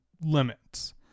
limits